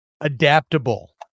Adaptable